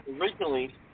originally